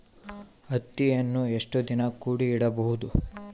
ಹತ್ತಿಯನ್ನು ಎಷ್ಟು ದಿನ ಕೂಡಿ ಇಡಬಹುದು?